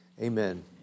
Amen